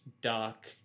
dark